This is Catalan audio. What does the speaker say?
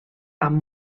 amb